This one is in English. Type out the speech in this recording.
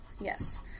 Yes